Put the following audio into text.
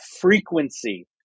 frequency